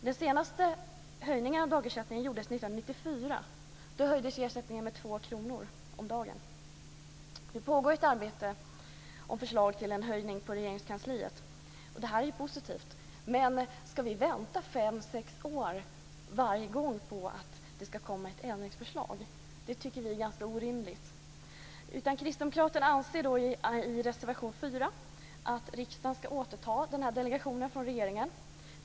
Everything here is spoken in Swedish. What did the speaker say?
Den senaste höjningen av dagersättningen gjordes 1994. Då höjdes ersättningen med 2 kr om dagen. Det pågår ett arbete på förslag till en höjning inom Regeringskansliet, och det är positivt, men ska man varje gång vänta fem sex år på att det ska komma ett ändringsförslag? Vi tycker att det är ganska orimligt. Kristdemokraterna framhåller i reservation 4 att riksdagen ska återta delegeringen till regeringen.